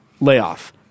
layoff